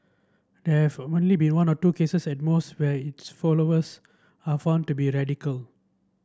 there have only been one or two cases at most where its followers are found to be radical